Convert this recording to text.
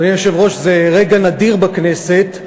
אדוני היושב-ראש, זה רגע נדיר בכנסת,